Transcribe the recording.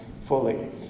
fully